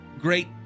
great